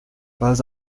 pas